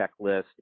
checklist